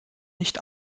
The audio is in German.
nicht